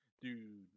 Dude